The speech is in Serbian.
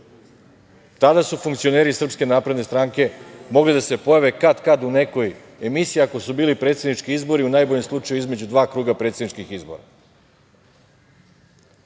Tada su funkcioneri SNS mogli da se pojave katkad u nekoj emisiji, ako su bili predsednički izbori u najboljem slučaju između dva kruga predsedničkih izbora.